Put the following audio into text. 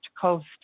Coast